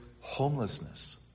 homelessness